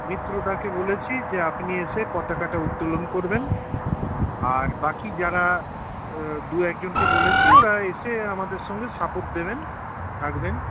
মিত্রদা কে বলেছি যে আপনি এসে পতাকাটা উত্তোলন করবেন আর বাকি যারা দু একজনকে বলেছি ওরা এসে আমাদের সঙ্গে সাপোর্ট দেবেন থাকবেন